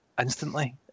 instantly